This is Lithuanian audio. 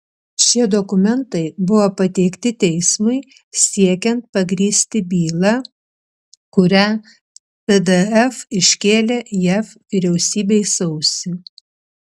šie dokumentai buvo pateikti teismui siekiant pagrįsti bylą kurią tdf iškėlė jav vyriausybei sausį